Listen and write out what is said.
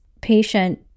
patient